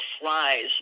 flies